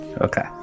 Okay